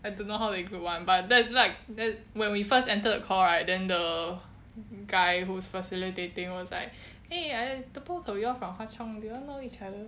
I don't know how they group [one] but then like then when we first entered call right then the guy who is facilitating was like !hey! I the both of your from hwa chong do your know each other